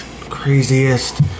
Craziest